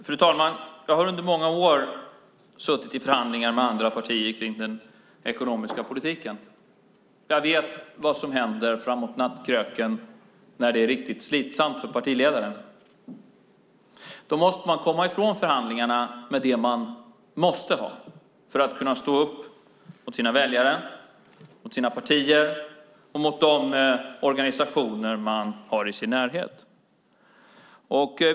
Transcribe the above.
Fru talman! Jag har under många år suttit i förhandlingar med andra partier om den ekonomiska politiken. Jag vet vad som händer framåt nattkröken, när det är riktigt slitsamt för partiledaren. Då måste man komma ifrån förhandlingarna med det man måste ha för att kunna stå upp inför sina väljare, sina partier och de organisationer man har i sin närhet.